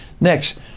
Next